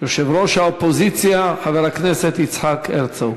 יושב-ראש האופוזיציה חבר הכנסת יצחק הרצוג.